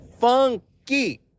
funky